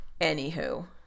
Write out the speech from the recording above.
Anywho